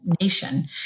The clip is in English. nation